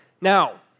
Now